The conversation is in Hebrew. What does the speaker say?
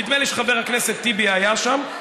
נדמה לי שחבר הכנסת טיבי היה שם,